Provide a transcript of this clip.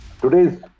Today's